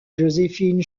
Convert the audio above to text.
joséphine